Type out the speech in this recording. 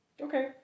Okay